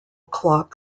clock